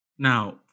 Now